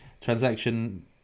Transaction